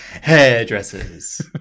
hairdressers